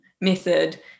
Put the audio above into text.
method